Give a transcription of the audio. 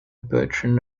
bertrand